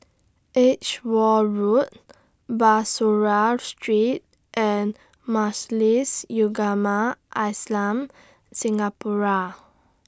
Edgeware Road Bussorah Street and Majlis Ugama Islam Singapura